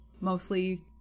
mostly